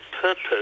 purpose